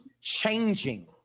Changing